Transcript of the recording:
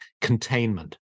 containment